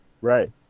Right